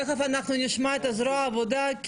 תיכף אנחנו נשמע את זרוע העבודה,